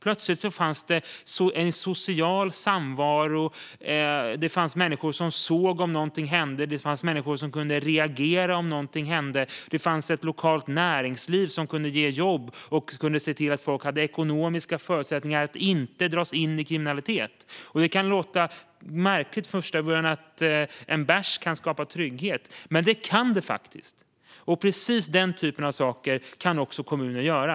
Plötsligt fanns det en social samvaro. Det fanns människor som såg och kunde reagera om något hände. Det fanns ett lokalt näringsliv som kunde ge jobb och se till att folk hade ekonomiska förutsättningar att inte dras in i kriminalitet. Först kan det låta märkligt att en bärs kan skapa trygghet, men det kan den faktiskt. Precis den typen av saker kan kommuner göra.